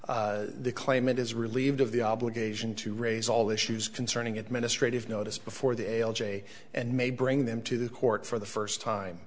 the claimant is relieved of the obligation to raise all issues concerning administrative notice before the l g a and may bring them to the court for the first time